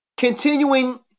Continuing